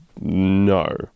no